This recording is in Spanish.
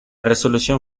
resolución